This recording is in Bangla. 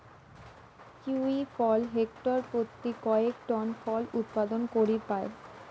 কিউই ফল হেক্টর পত্যি কয়েক টন ফল উৎপাদন করির পায়